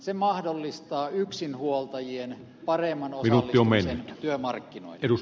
se mahdollistaa yksinhuoltajien paremman osallistumisen työmarkkinoille